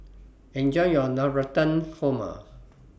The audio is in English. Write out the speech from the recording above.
Enjoy your Navratan Korma